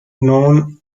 known